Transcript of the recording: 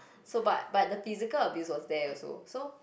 so but but the physical abuse was there also so